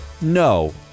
no